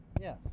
Yes